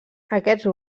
aquests